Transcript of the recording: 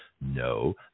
No